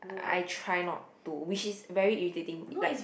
I try not to which is very irritating like